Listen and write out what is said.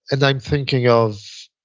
and i'm thinking of,